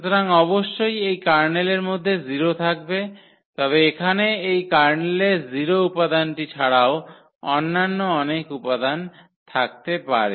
সুতরাং অবশ্যই এই কার্নেলের মধ্যে 0 থাকবে তবে এখানে এই কার্নেলের 0 উপাদানটি ছাড়াও অন্যান্য অনেক উপাদান থাকতে পারে